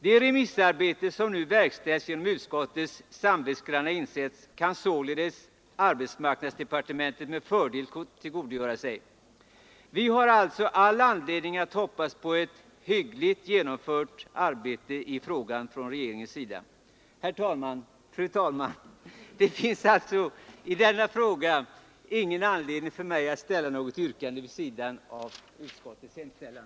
Det remissarbete som nu verkställts genom utskottets samvetsgranna insats kan således arbetsmarknadsdepartementet med fördel tillgodogöra sig. Vi har alltså all anledning att hoppas på ett hyggligt genomfört arbete i frågan från regeringens sida. Fru talman! Det finns därför ingen anledning för mig att ställa något yrkande i denna fråga vid sidan om utskottets hemställan.